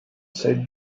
sir